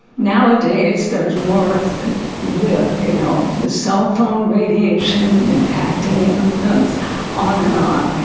nowadays there's more with, you know, the cell phone radiation impacting infants on and on.